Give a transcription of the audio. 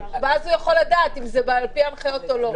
ואז הוא יכול לדעת אם זה על פי ההנחיות או לא.